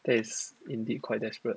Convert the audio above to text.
that is indeed quite desperate